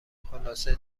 خلاصه